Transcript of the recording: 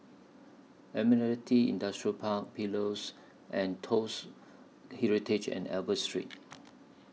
Admiralty Industrial Park Pillows and Toast Heritage and Albert Street